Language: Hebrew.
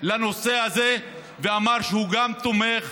לנושא הזה ואמר שהוא גם תומך.